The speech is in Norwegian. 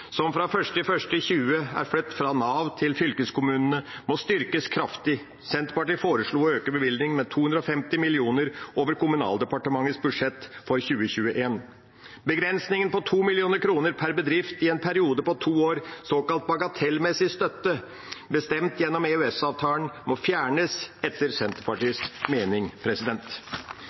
som fra 1. januar 2020 er flyttet fra Nav til fylkeskommunene, må styrkes kraftig. Senterpartiet foreslo å øke bevilgningen med 250 mill. kr over Kommunaldepartementets budsjett for 2021. Begrensningen på 2 mill. kr per bedrift i en periode på to år, såkalt bagatellmessig støtte bestemt gjennom EØS-avtalen, må fjernes, etter Senterpartiets mening.